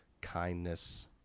kindness